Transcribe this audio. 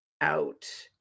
out